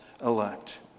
elect